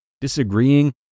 disagreeing